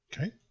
Okay